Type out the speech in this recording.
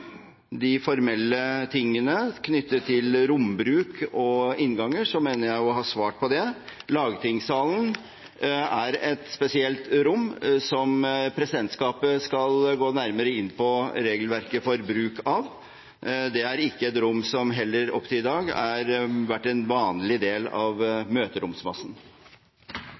de formelle tingene, knyttet til rombruk og innganger, mener jeg å ha svart på det. Lagtingssalen er et spesielt rom som presidentskapet skal gå nærmere inn på regelverket for bruk av. Det er heller ikke et rom som frem til i dag har vært en vanlig del av møteromsmassen.